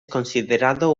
considerado